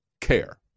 care